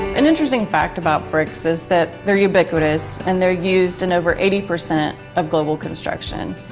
an interesting fact about bricks is that they are ubiquitous and they are used in over eighty percent of global construction.